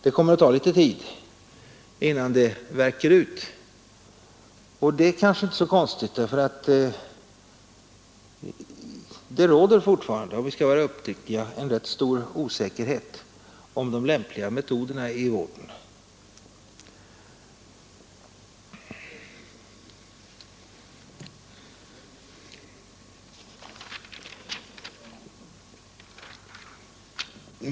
Det kommer att ta litet tid innan det värker ut, och det är kanske inte så konstigt därför att det råder fortfarande, om vi skall vara uppriktiga, en rätt stor osäkerhet om de lämpliga metoderna i vården.